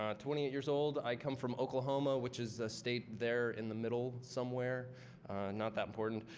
um twenty eight years old. i come from oklahoma, which is a state there in the middle somewhere not that important.